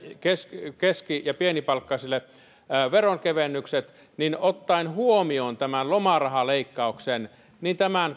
keski keski ja pienipalkkaisille veronkevennykset niin ottaen huomioon tämän lomarahaleikkauksen tämän